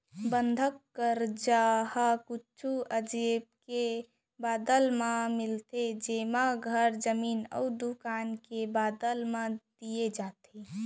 बंधक करजा ह कुछु अबेज के बदला म मिलथे जेमा घर, जमीन अउ दुकान के बदला म दिये जाथे